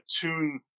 tune